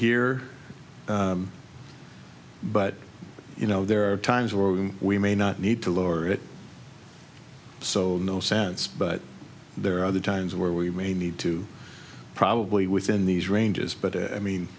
here but you know there are times where we may not need to lower it so no sense but there are other times where we may need to probably within these ranges but i mean